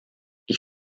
ich